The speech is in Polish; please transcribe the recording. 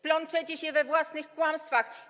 Plączecie się we własnych kłamstwach.